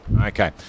Okay